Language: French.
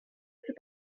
plus